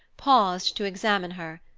paused to examine her.